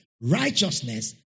Righteousness